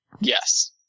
yes